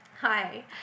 hi